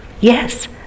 Yes